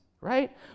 Right